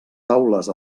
taules